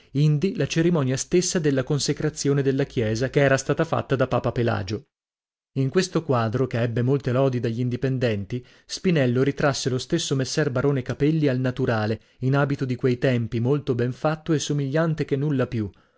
indi la cerimonia stessa della consecrazione della chiesa che era stata fatta da papa pelagio in questo quadro che ebbe molte lodi dagl'indipendenti spinello ritrasse lo stesso messer barone capelli al naturale in abito di quei tempi molto ben fatto e somigliante che nulla più